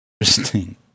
interesting